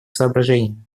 соображениями